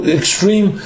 extreme